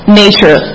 nature